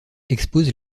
expose